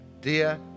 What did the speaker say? Dear